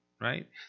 right